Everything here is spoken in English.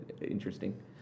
interesting